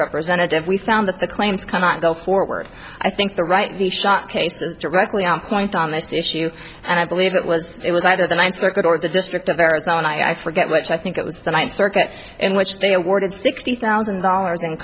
representative we found that the claims cannot go forward i think the right the shot case is directly on point on this issue and i believe it was it was either the ninth circuit or the district of arizona i forget which i think it was that i circuit in which they awarded sixty thousand dollars in